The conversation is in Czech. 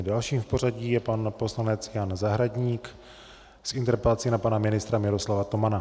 Dalším v pořadí je pan poslanec Jan Zahradník s interpelací na pana ministra Miroslava Tomana.